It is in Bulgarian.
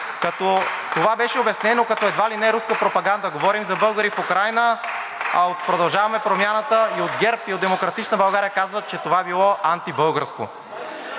това беше обяснено като едва ли не руска пропаганда. (Ръкопляскания.) Говорим за българи в Украйна, а от „Продължаваме Промяната“, от ГЕРБ и от „Демократична България“ казват, че това било антибългарско.